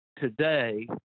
today